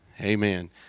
Amen